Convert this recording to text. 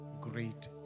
great